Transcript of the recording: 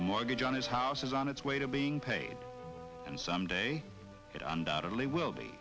the mortgage on his house is on its way to being paid and someday it undoubtedly